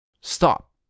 Stop